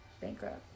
bankrupt